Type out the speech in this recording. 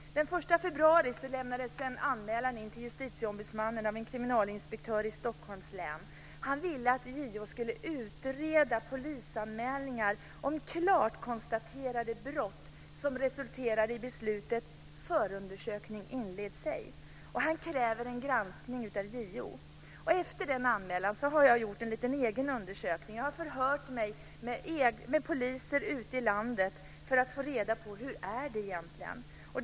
Den 1 februari lämnades en anmälan in till Justitieombudsmannen av en kriminalinspektör i Stockholms län. Han ville att JO skulle utreda polisanmälningar om klart konstaterade brott som resulterat i beslut att inte inleda förundersökning. Han krävde att JO skulle göra en granskning. Efter denna anmälan har jag gjort en egen liten undersökning. Jag har hört mig för med poliser ute i landet för att få reda på hur det egentligen är.